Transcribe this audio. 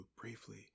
briefly